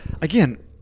again